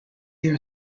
their